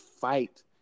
fight